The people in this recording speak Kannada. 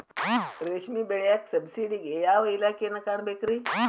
ರೇಷ್ಮಿ ಬೆಳಿಯಾಕ ಸಬ್ಸಿಡಿಗೆ ಯಾವ ಇಲಾಖೆನ ಕಾಣಬೇಕ್ರೇ?